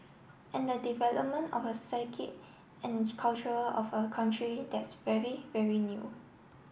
and the development of a psyche and culture of a country that's very very new